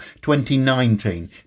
2019